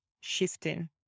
shifting